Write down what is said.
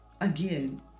again